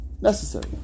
necessary